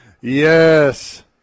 Yes